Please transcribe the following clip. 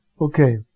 Okay